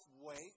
wait